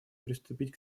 приступить